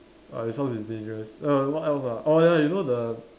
ah as long as it's dangerous and what else ah oh ya you know the